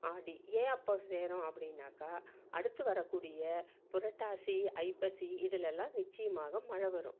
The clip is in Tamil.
ஆடி ஏன் அப்போ செய்கிறோம் அப்படின்னாக்கா அடுத்து வரக்கூடிய புரட்டாசி ஐப்பசி இதிலலாம் நிச்சயமாக மழை வரும்